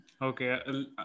Okay